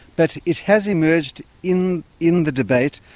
but it has emerged in in the debate,